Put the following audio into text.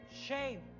Shame